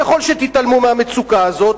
ככל שתתעלמו מהמצוקה הזאת